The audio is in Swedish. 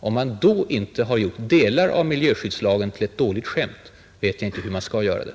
Om han då inte har gjort delar av miljöskyddslagen till ett dåligt skämt vet jag inte hur man skall göra det.